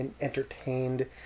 entertained